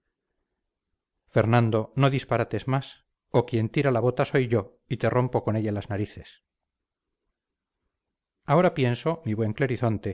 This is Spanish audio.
fernando no disparates más o quien tira la bota soy yo y te rompo con ella las narices ahora pienso mi buen